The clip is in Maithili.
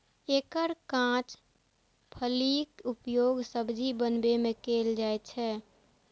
एकर कांच फलीक उपयोग सब्जी बनबै मे कैल जाइ छै